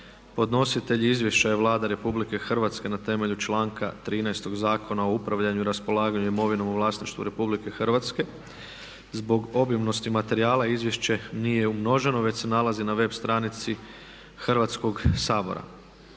Podnositelj izvješća je Vlada RH na temelju članka 13. Zakona o upravljanju, raspolaganju imovinom u vlasništvu RH. Zbog obimnosti materijala izvješće nije umnoženo već se nalazi na web stranici Hrvatskog sabora.